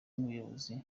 nk’ubuyobozi